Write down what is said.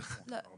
לא,